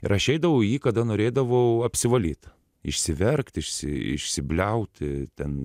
ir aš eidavau į jį kada norėdavau apsivalyt išsiverkt išsi išsibliauti ten